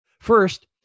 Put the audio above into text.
First